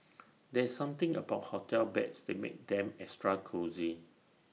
there's something about hotel beds that makes them extra cosy